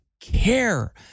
care